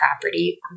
property